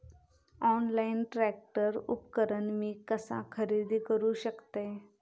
Online tractor उपकरण मी कसा खरेदी करू शकतय?